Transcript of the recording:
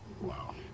Wow